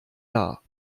dar